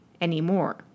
anymore